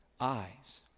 eyes